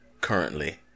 currently